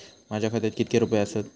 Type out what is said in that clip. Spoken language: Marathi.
माझ्या खात्यात कितके रुपये आसत?